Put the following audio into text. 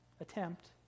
attempt